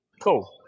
Cool